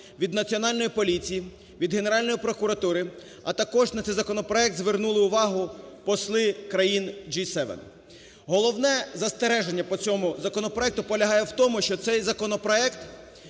від Національної поліції, від Генеральної прокуратури, а також на цей законопроект звернули увагу посли країн G7. Головне застереження по цьому законопроекту полягає в тому, що цей законопроект